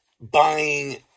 buying